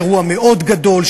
אירוע מאוד גדול,